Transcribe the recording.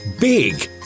big